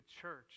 church